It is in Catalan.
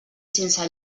sense